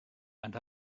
and